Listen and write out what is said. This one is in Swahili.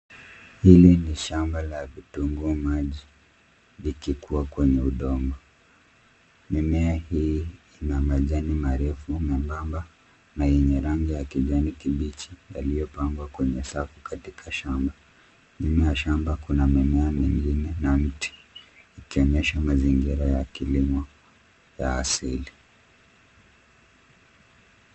Hili ni shamba la vitunguu maji vikikua kwenye udongo. Mimea hii ina majani marefu, membamba na yenye rangi ya kijani kibichi yaliyopangwa kwenye safu katika shamba. Nyuma ya shamba kuna mimea mingine na mti ikionyesha mazingira ya kilimo ya asili.